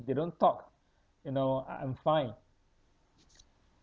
they don't talk you know I~ I'm fine